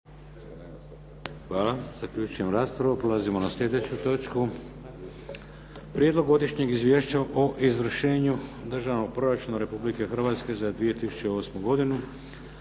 je zaključena. Dajem na glasovanje Prijedlog godišnjeg izvješća o izvršenju Državnog proračuna Republike Hrvatske za 2008. godinu.